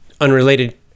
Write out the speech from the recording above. unrelated